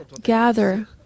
gather